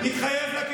אני ציינתי עובדה.